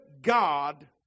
God